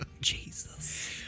Jesus